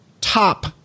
top